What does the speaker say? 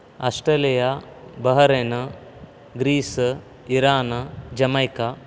Australia Bahrain Greece Iran Jamaica